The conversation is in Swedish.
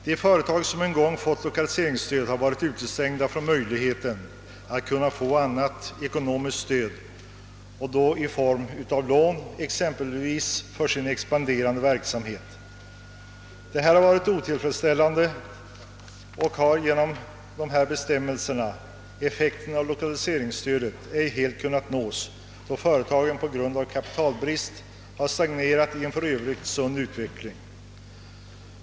De företag som en gång fått lokaliseringsstöd har varit utestängda från möjligheten att kunna få annat ekonomiskt stöd i form av lån exempelvis för sin expanderande verksamhet. Detta har varit otillfredsställande. Genom dessa bestämmelser har nämligen effekten av lokaliseringsstödet ej kunnat helt uppnås, då företagen på grund av kapitalbrist har stagnerat i en för Öövrigt sund utveckling.